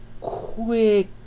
quick